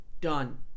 Done